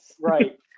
right